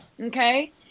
Okay